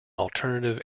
alternative